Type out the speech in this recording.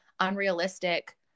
unrealistic